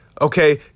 Okay